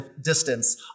distance